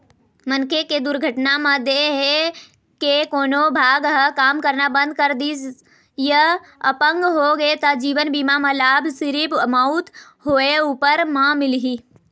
मनखे के दुरघटना म देंहे के कोनो भाग ह काम करना बंद कर दिस य अपंग होगे त जीवन बीमा म लाभ सिरिफ मउत होए उपर म मिलही